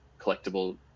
collectible